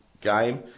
game